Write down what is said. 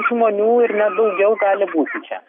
žmonių ir net daugiau gali būti čia